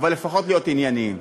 אבל לפחות להיות ענייניים.